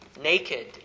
naked